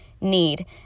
need